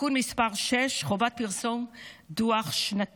(תיקון מס' 6) חובת פרסום דוח שנתי.